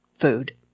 food